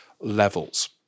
levels